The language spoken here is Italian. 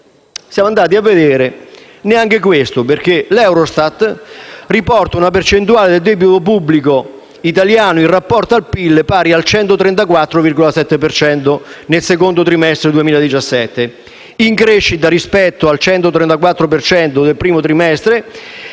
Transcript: Siamo andati a vedere, ma non è così. L'Eurostat riporta una percentuale del debito pubblico italiano in rapporto al PIL pari al 134,7 per cento nel secondo trimestre 2017; in crescita rispetto al 134 per cento del primo trimestre